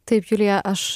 taip julija aš